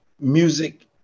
music